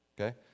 Okay